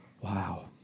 Wow